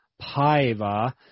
Paiva